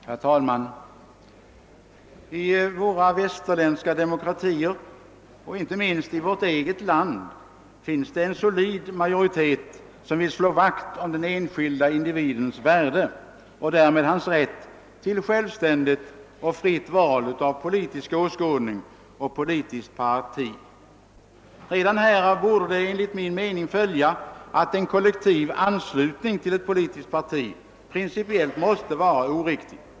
Herr talman! I våra västerländska demokratier och inte minst i vårt eget land vill en solid majoritet slå vakt om den enskilde individens värde och därmed hans rätt till självständigt och fritt val av politisk åskådning och politiskt parti. Redan härav borde enligt min mening följa, att en kollektiv anslutning till ett politiskt parti principiellt måste vara oriktig.